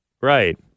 Right